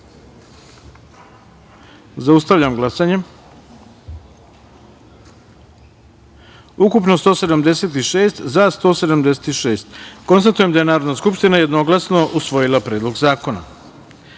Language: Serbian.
taster. Zaustavljam glasanje: ukupno 176, za – 176.Konstatujem da je Narodna skupština jednoglasno usvojila Predlog zakona. Šesta